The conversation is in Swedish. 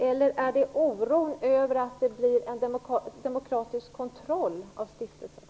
Eller är det oro över att det blir en demokratisk kontroll över stiftelserna?